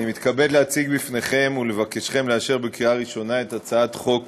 אני מתכבד להציג בפניכם ולבקשכם לאשר בקריאה ראשונה את הצעת חוק